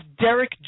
Derek